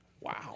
Wow